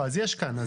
אז יש כאן.